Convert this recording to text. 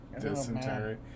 Dysentery